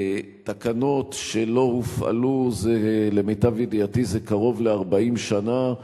תקנות שלא הופעלו למיטב ידיעתי זה קרוב ל-40 שנה,